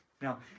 Now